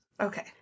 Okay